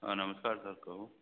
हँ नमस्कार सर कहू